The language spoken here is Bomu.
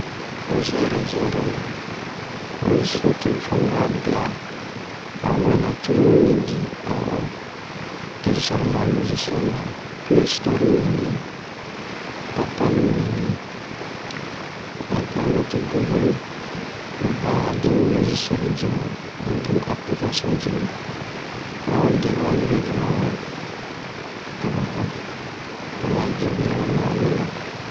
ho zɛrɛ zɛrɛ yɛ oyi so telefɔni a diya han wɛnna curulu mibin a o telesharge-ra lozisiyɛli-la play stɔre mibinni papal mibinni ɛntɛrnɛti gugol mu dan a deni lozisiyɛli cenu oyi do ni apilikasiyon cenu a o de andɔrɔyide ma wɛ to mu vo o ma ji biyo o ma'o mina